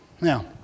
Now